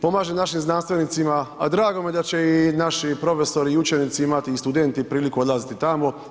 Pomaže našim znanstvenicima, a drago mi je da će i naši profesori i učenici imati i studenti priliku odlaziti tamo.